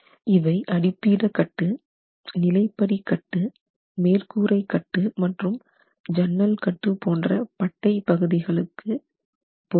இவை அடிப்பீட கட்டு நிலைப்படி கட்டுமேற்கூரை கட்டு மற்றும் சன்னல் கட்டு போன்ற பட்டை பகுதிகளுக்கு இவை பொருந்தும்